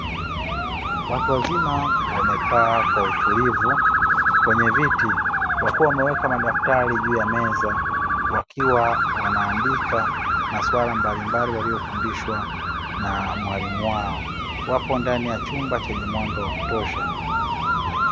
Watu wazima wamekaa kwa utulivu kwenye viti wakiwa wameweka madaftari juu ya meza, wakiwa wanaandika maswala mbalimbali waliyofundishwa na mwalimu wao, wapo ndani ya chumba chenye mwanga wa kutosha.